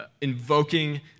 invoking